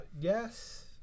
Yes